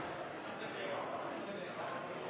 – lite